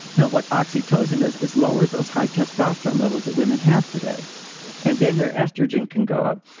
no, what oxytocin does is lowers those high testosterone levels that women have today and then their estrogen can go up.